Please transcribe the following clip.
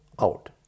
out